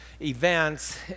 events